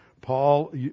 Paul